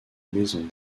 maison